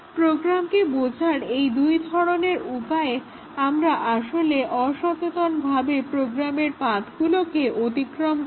প্রোগ্রামকে বোঝার এই দুই ধরনের উপায়ে আমরা আসলে অসচেতনভাবে প্রোগ্রামের পাথগুলোকে অতিক্রম করি